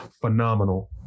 phenomenal